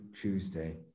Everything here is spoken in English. Tuesday